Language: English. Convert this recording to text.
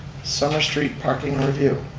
summer street parking review.